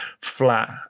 flat